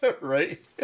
Right